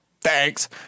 thanks